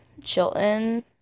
Chilton